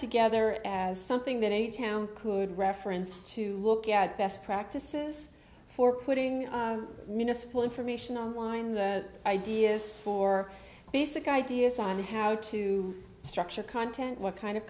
something that a town could reference to look at best practices for putting municipal information online the ideas for basic ideas on how to structure content what kind of